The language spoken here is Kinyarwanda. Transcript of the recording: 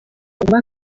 ugomba